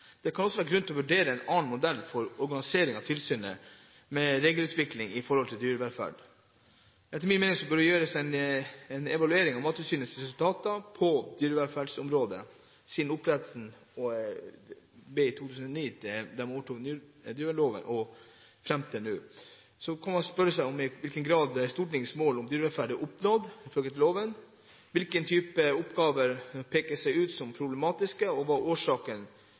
Det kan også være grunn til å vurdere en annen modell for organisering av tilsynet med dyrevelferden og regelutviklingen. Etter min mening bør det gjøres en evaluering av Mattilsynets resultater på dyrevelferdsområdet fra ny lov om dyrevelferd ble vedtatt i 2009 og fram til nå. Så kan man spørre seg i hvilken grad Stortingets mål om dyrevelferd ifølge loven er oppnådd, hvilke typer oppgaver som peker seg ut som problematiske, og hva